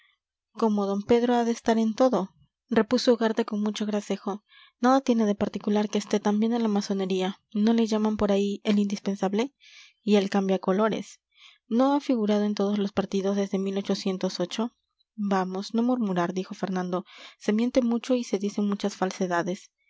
como d pedro ha de estar en todo repuso ugarte con mucho gracejo nada tiene de particular que esté también en la masonería no le llaman por ahí el indispensable y el cambia colores no ha figurado en todos los partidos desde vamos no murmurar dijo fernando se miente mucho y se dicen muchas falsedades